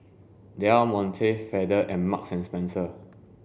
Del Monte Feather and Marks and Spencer